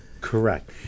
Correct